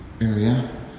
area